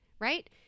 right